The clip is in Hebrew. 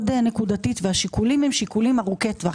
נקודתית והשיקולים הם שיקולי ארוכי טווח.